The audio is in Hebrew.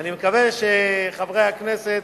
ואני מקווה שחברי הכנסת